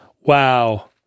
Wow